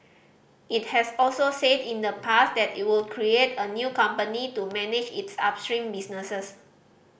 it has also said in the past that it would create a new company to manage its upstream business